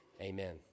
amen